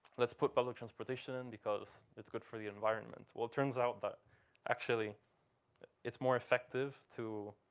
let's put public transportation in because it's good for the environment. well, it turns out that actually it's more effective to